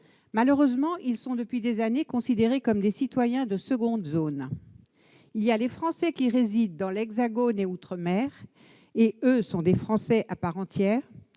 Malheureusement, ils sont depuis des années considérés comme des citoyens de seconde zone. Il y a les Français qui résident dans l'Hexagone et dans les outre-mer, qui eux sont des Français à part entière,